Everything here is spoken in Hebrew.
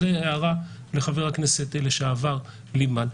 זו הערה לחבר הכנסת לשעבר ליפמן.